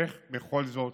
איך בכל זאת